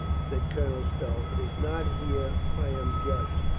said colonel stow. it is not here i am judged.